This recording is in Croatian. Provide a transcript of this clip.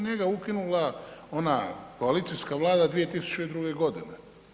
Njega je ukinula ona koalicijska vlada 2002. godine.